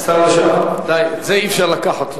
לשעבר, זה אי-אפשר לקחת לו.